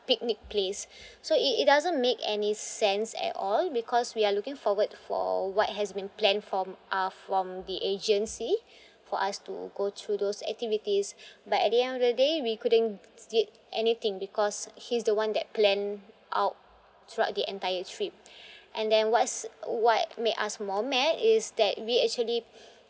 picnic place so it it doesn't make any sense at all because we are looking forward for what has been planned from uh from the agency for us to go through those activities but at the end of the day we couldn't did anything because he's the one that plan out throughout the entire trip and then what's uh what made us more mad is that we actually